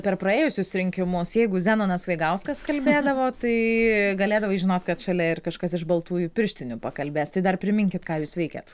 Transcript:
per praėjusius rinkimus jeigu zenonas vaigauskas kalbėdavo tai galėdavai žinot kad šalia ir kažkas iš baltųjų pirštinių pakalbės tai dar priminkit ką jūs veikiat